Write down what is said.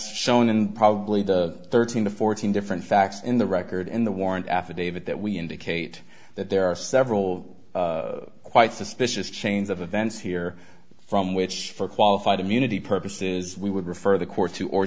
shown in probably the thirteen to fourteen different facts in the record in the warrant affidavit that we indicate that there are several quite suspicious chains of events here from which for qualified immunity purposes we would refer the court